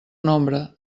nombre